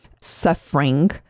suffering